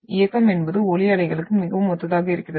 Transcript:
இயக்கம் என்பது ஒலி அலைகளுக்கு மிகவும் ஒத்ததாக இருக்கிறது